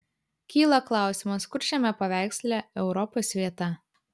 kyla klausimas kur šiame paveiksle europos vieta